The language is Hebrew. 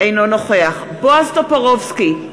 אינו נוכח בועז טופורובסקי,